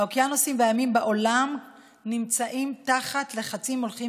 האוקיינוסים והימים בעולם נמצאים תחת לחצים הולכים